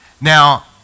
now